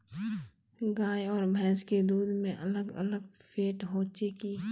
गाय आर भैंस के दूध में अलग अलग फेट होचे की?